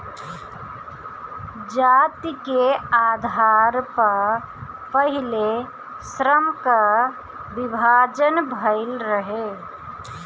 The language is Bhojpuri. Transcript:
जाति के आधार पअ पहिले श्रम कअ विभाजन भइल रहे